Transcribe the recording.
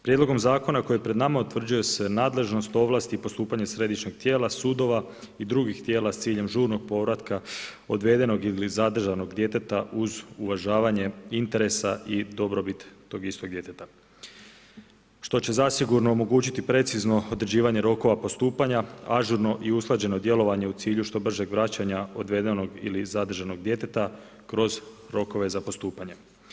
Prijedlogom zakona koji je pred nama utvrđuje se nadležnost, ovlasti i postupanje središnjeg tijela sudova i drugih tijela s ciljem žurnog povratka odvedenog ili zadržanog djeteta uz uvažavanje interesa i dobrobit tog istog djeteta što će zasigurno omogućiti precizno određivanje rokova postupanja, ažurno i usklađeno djelovanje u cilju što bržeg vraćanja odvedenog ili zadržanog djeteta kroz rokove za postupanje.